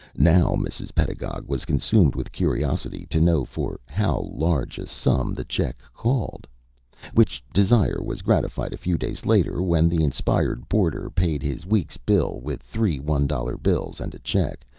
now mrs. pedagog was consumed with curiosity to know for how large a sum the check called which desire was gratified a few days later, when the inspired boarder paid his week's bill with three one-dollar bills and a check,